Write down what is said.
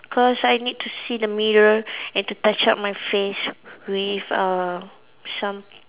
cause I need to see the mirror and to touch up my face with uh some